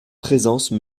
présence